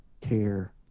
care